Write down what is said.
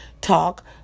talk